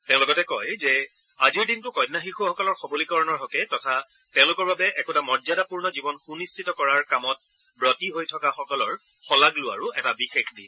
তেওঁ লগতে কয় যে আজিৰ দিনটো কন্যা শিশুসকলৰ সবলীকৰণৰ হকে তথা তেওঁলোকৰ বাবে একোটা মৰ্যাদাপূৰ্ণ জীৱন সুনিশ্চিত কৰাৰ কামত ৱতী হৈ থকাসকলৰ শলাগ লোৱাৰো এটা বিশেষ দিন